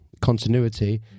continuity